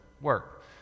work